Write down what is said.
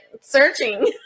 searching